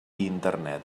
internet